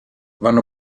vanno